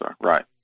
Right